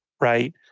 right